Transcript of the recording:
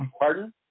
Pardon